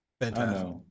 fantastic